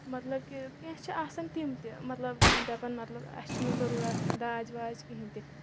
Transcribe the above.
مطلب کہ کینٛہہ چھِ آسان تِم تہِ مطلب یِم دَپَن مطلب اَسہِ چھِنہٕ ضٔروٗرت داج واج کِہینۍ تہِ